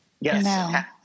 Yes